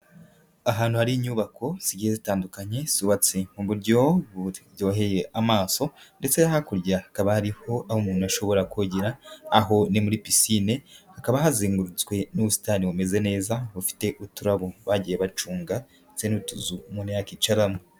Ahantu hari inyubako zigiye zitandukanye, zubatse mu buryo buryoheye amaso ndetse hakurya hakaba hariho, aho umuntu ashobora kogera, aho ni muri pisine, hakaba hazengurutswe n'ubusitani bumeze neza, bufite uturabo bagiye baconga ndetse n'utuzu umuntu yakwicaramo.